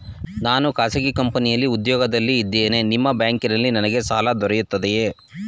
ನಾನು ಖಾಸಗಿ ಕಂಪನಿಯಲ್ಲಿ ಉದ್ಯೋಗದಲ್ಲಿ ಇದ್ದೇನೆ ನಿಮ್ಮ ಬ್ಯಾಂಕಿನಲ್ಲಿ ನನಗೆ ಸಾಲ ದೊರೆಯುತ್ತದೆಯೇ?